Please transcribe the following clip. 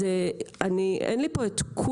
אז אין לי פה את כולם,